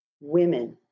women